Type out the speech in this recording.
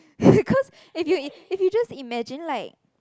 cause if you if you just imagine like